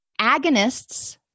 agonists